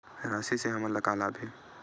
राशि से हमन ला का लाभ हे?